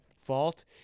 fault